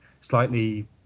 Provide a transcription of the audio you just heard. slightly